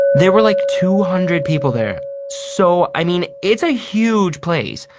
there were like two hundred people there, so i mean it's a huge place.